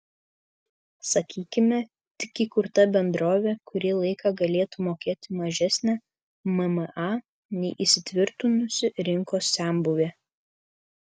sakykime tik įkurta bendrovė kurį laiką galėtų mokėti mažesnę mma nei įsitvirtinusi rinkos senbuvė